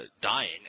dying